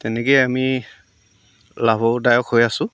তেনেকৈয়ে আমি লাভদায়ক হৈ আছোঁ